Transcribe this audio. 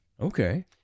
Okay